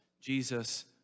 Jesus